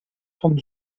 vom